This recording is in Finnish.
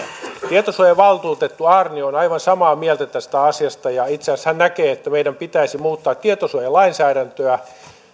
tietosuojavaltuutettu aarnio on aivan samaa mieltä tästä asiasta ja itse asiassa hän näkee että meidän pitäisi muuttaa tietosuojalainsäädäntöä